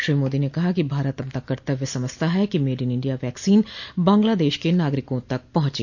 श्री मोदी ने कहा कि भारत अपना कर्तव्य समझता है कि made in India vaccine Bangladesh के नागरिकों तक पहुंचे